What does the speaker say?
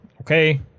Okay